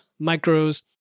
micros